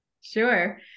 Sure